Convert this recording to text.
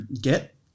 get